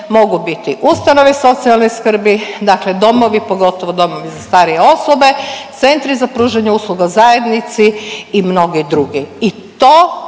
mogu biti ustanove socijalne skrbi, dakle domovi pogotovo domovi za starije osobe, centri za pružanje usluga u zajednici i mnogi drugi.